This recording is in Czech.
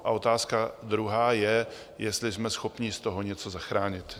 A otázka druhá je, jestli jsme schopni z toho něco zachránit.